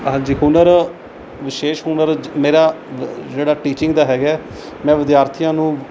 ਹਾਂਜੀ ਹੁਨਰ ਵਿਸ਼ੇਸ਼ ਹੁਨਰ ਜ ਮੇਰਾ ਜਿਹੜਾ ਟੀਚਿੰਗ ਦਾ ਹੈਗਾ ਮੈਂ ਵਿਦਿਆਰਥੀਆਂ ਨੂੰ